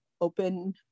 open